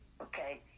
Okay